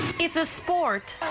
it's a sport.